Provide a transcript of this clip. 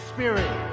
Spirit